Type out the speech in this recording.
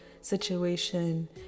situation